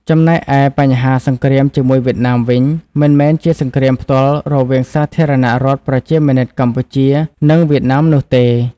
ចំណែកឯបញ្ហា "សង្គ្រាមជាមួយវៀតណាម" វិញ មិនមែនជាសង្គ្រាមផ្ទាល់រវាងសាធារណរដ្ឋប្រជាមានិតកម្ពុជា និងវៀតណាមនោះទេ។